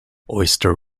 oyster